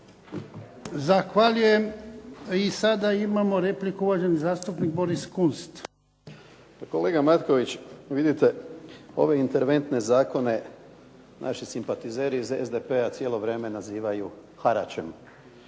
Zahvaljujem. I sada imamo repliku, uvaženi zastupnik Boris Kunst. **Kunst, Boris (HDZ)** Kolega Matković, vidite ove interventne zakone naši simpatizeri iz SDP-a cijelo vrijeme nazivaju haračem.